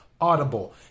Audible